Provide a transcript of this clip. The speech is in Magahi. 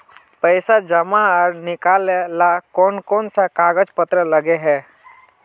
पैसा जमा आर निकाले ला कोन कोन सा कागज पत्र लगे है?